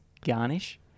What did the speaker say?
garnish